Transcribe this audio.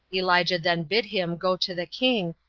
elijah then bid him go to the king,